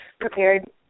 prepared